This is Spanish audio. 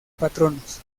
patronos